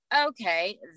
okay